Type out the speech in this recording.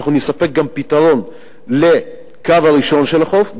נספק גם פתרון לקו הראשון של החוף,